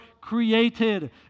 created